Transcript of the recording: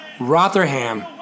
Rotherham